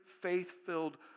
faith-filled